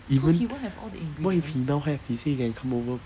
even what if he now have he say he can come over